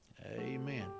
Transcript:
Amen